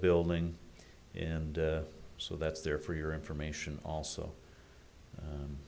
building and so that's there for your information also